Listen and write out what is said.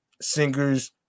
singers